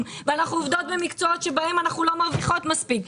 ואנחנו עובדות במקצועות בהם אנחנו לא מרווחות מספיק.